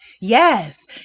yes